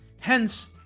hence